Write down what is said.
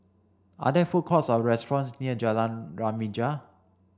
are there food courts or restaurants near Jalan Remaja